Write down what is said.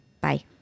Bye